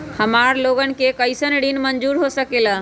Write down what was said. हमार लोगन के कइसन ऋण मंजूर हो सकेला?